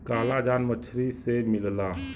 collagen मछरी से मिलला